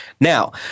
Now